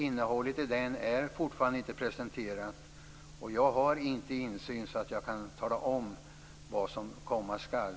Innehållet i den har fortfarande inte presenterats. Jag har inte insyn så att jag kan tala om vad som komma skall.